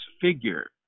figure